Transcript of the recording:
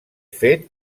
fet